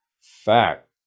fact